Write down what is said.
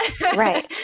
Right